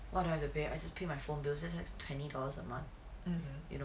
what do I have to pay I just pay my phone bills at twenty dollars a month you know